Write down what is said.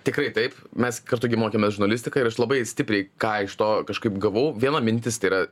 tikrai taip mes kartu gi mokėmės žurnalistiką ir aš labai stipriai ką iš to kažkaip gavau viena mintis tai yra